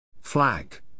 Flag